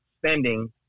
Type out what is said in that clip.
spending